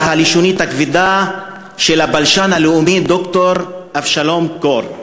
הלשונית הכבדה של הבלשן הלאומי ד"ר אבשלום קור.